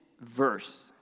verse